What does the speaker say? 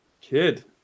kid